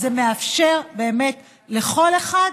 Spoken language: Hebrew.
זה מאפשר באמת לכל אחד